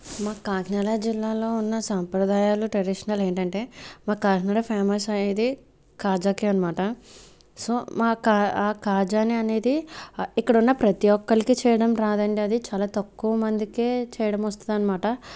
మా కాకినాడ జిల్లాలో ఉన్న సంప్రదాయాలు ట్రెడిషనల్ ఏంటంటే మా కాకినాడ ఫేమస్ అయ్యేది కాజాకి అనమాట సో మా ఆ కాజానే అనేది ఇక్కడ ఉన్న ప్రతి ఒక్కరికి చేయడం రాదండి అది చాలా తక్కువ మందికే చేయడం వస్తుందన్నమాట